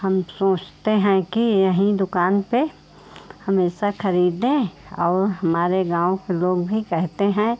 हम सोचते हैं कि यहीं दुकान पर हमेशा ख़रीदें और हमारे गाँव के लोग भी कहते हैं